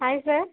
hi sir